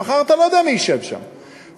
אבל אתה לא יודע מי ישב שם מחר,